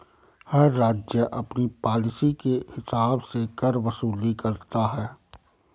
हर राज्य अपनी पॉलिसी के हिसाब से कर वसूली करता है